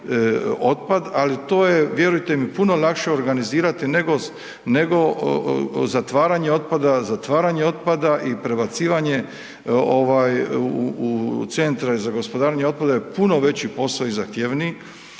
ali to je, vjerujte mi puno lakše organizirati nego zatvaranje otpada, zatvaranja otpada i prebacivanje u centre za gospodarenje otpadom je puno veći posao i zahtjevniji